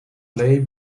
lay